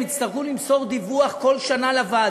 הם יצטרכו למסור דיווח לוועדה